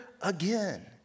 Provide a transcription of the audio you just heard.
again